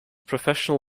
professional